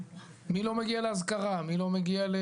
מי לא מגיע לאזכרה, מי לא מגיע?